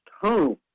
Home